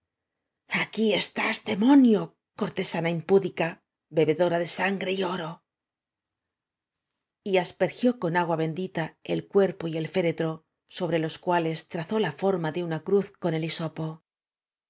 aquí estás demonio cortesana impúdica bebedora de sangre y oro y aspergió con agua bendita el cuerpo y el féretro sobre los cuales trazó la forma de una cruz coa el hisopo